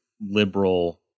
liberal